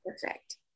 Perfect